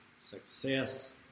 success